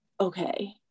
okay